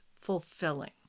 fulfilling